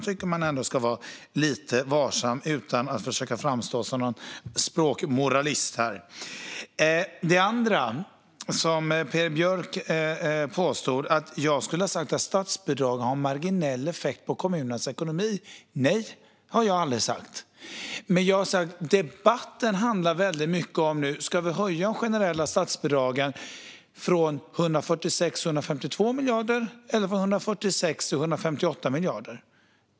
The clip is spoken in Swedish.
Jag tycker att man ändå ska vara lite varsam utan att försöka framstå som en språkmoralist. Peder Björk påstod att jag skulle ha sagt att statsbidrag har en marginell effekt på kommunernas ekonomi. Nej, det har jag aldrig sagt. Men jag har sagt att debatten handlar om huruvida vi ska höja de generella statsbidragen från 146 till 152 miljarder eller från 146 till 158 miljarder.